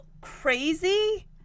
crazy